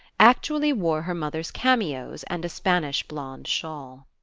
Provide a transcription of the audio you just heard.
actually wore her mother's cameos and a spanish blonde shawl.